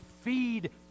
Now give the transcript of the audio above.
feed